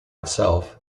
itself